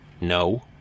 no